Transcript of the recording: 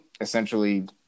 essentially